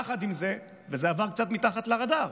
יחד עם זה, וזה עבר קצת מתחת לרדאר,